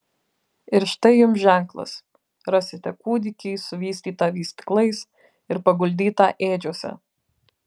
ir štai jums ženklas rasite kūdikį suvystytą vystyklais ir paguldytą ėdžiose